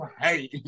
hey